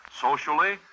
socially